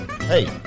Hey